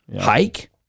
Hike